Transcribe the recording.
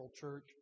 church